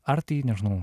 ar tai nežinau